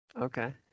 okay